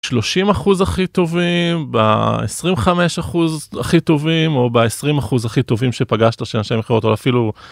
30 אחוז הכי טובים ב-25 אחוז הכי טובים או ב-20 אחוז הכי טובים שפגשת שאנשי מכירות או אפילו.